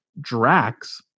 Drax